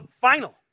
Final